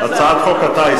אנחנו ממשיכים: הצעת חוק הטיס,